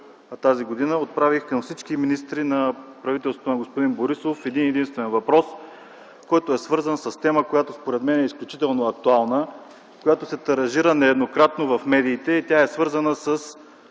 т.г. отправих към всички министри от правителството на господин Борисов един-единствен въпрос, свързан с тема, която според мен е изключително актуална и която се тиражира нееднократно по медиите. Тя е свързана с